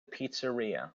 pizzeria